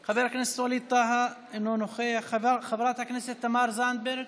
טאהא, אינו נוכח, חברת הכנסת תמר זנדברג,